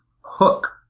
hook